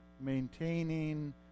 maintaining